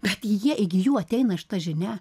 bet jie igi jų ateina šita žinia